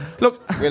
Look